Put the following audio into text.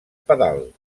pedal